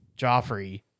Joffrey